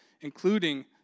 including